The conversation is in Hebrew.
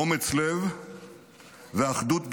אומץ לב ואחדות בתוכנו.